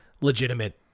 legitimate